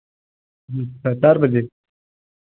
अच्छा चार बजे